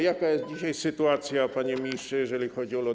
Jaka jest dzisiaj sytuacja, panie ministrze, jeżeli chodzi o LOT?